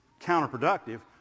counterproductive